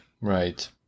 Right